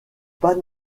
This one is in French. pas